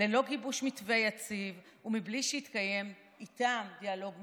ללא גיבוש מתווה יציב ומבלי שיתקיים איתם דיאלוג מקצועי,